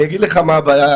אני אגיד לך מה הבעיה.